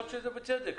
יכול להיות שזה בצדק.